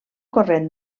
corrent